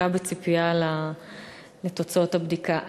מחכה בציפייה לתוצאות הבדיקה.